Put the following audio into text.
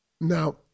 Now